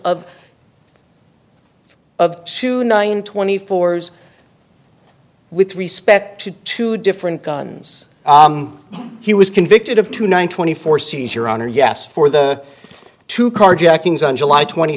of of to nine twenty four's with respect to two different guns he was convicted of two nine twenty four seats your honor yes for the two carjackings on july twenty